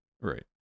Right